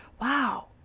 wow